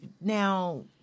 Now